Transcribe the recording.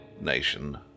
Nation